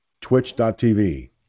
twitch.tv